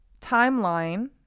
timeline